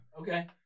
Okay